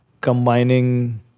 combining